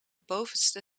bovenste